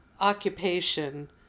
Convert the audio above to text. occupation